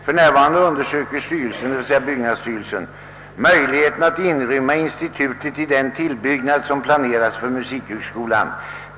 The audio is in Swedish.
F.n. undersöker styrelsen» — d.v.s. byggnadsstyrelsen — »möjligheten att inrymma institutet i den tillbyggnad som planeras för musikhögskolan.